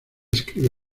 escribe